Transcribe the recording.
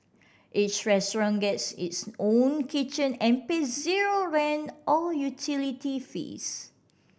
each restaurant gets its own kitchen and pay zero rent or utility fees